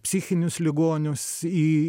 psichinius ligonius į